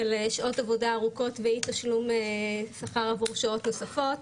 של שעות עבודה רבות ואי תשלום שכר עבור שעות נוספות,